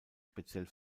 speziell